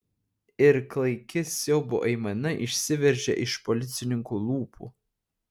ir klaiki siaubo aimana išsiveržė iš policininko lūpų